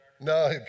No